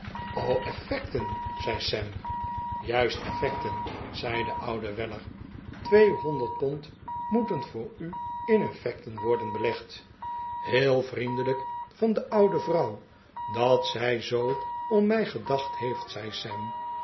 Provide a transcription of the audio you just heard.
effecten zei sam juist effecten zei de oude weller tweehonderd pond moet voor u in effecten worden belegd heel vriendelijk van de oude vrouw dat zij zoo om mij gedacht heeft zei